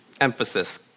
Emphasis